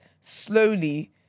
slowly